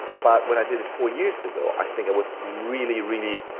but when i did it four years ago i think it was really, really,